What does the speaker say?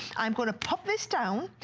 i'm going to put this down,